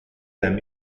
them